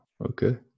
okay